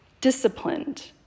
disciplined